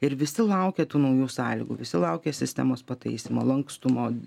ir visi laukia tų naujų sąlygų visi laukia sistemos pataisymo lankstumo